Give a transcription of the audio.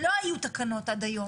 לא היו תקנות עד היום.